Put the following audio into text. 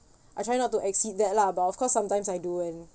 I try not to exceed that lah but of course sometimes I do and